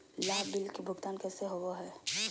लाभ बिल के भुगतान कैसे होबो हैं?